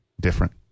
Different